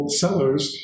sellers